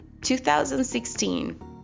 2016